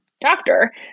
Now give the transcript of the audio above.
doctor